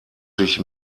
sich